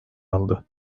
aldı